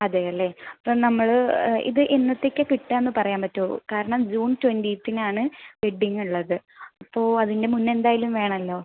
അതെ അല്ലേ അപ്പോൾ നമ്മൾ ഇത് എന്നത്തേക്കാണ് കിട്ടാന്ന് പറയാൻ പറ്റോ കാരണം ജൂൺ ട്വൻറ്റീത്തിനാണ് വെഡ്ഡിംഗുള്ളത് അപ്പോൾ അതിൻ്റെ മുന്നേ എന്തായാലും വേണല്ലോ